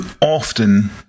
often